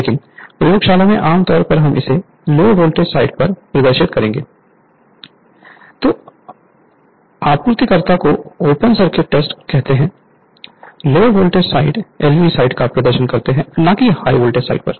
लेकिन प्रयोगशाला में आम तौर पर हम इसे LV साइड पर प्रदर्शित करेंगे जो आपूर्तिकर्ता को ओपन सर्किट टेस्ट कहते हैं LV साइड पर प्रदर्शन करते हैं न कि हाई वोल्टेज साइड पर